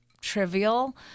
trivial